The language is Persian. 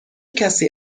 کسی